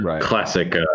classic